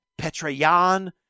Petrayan